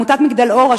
עמותת "מגדל אור",